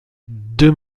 deux